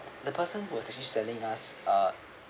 the person who was selling us uh